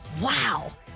wow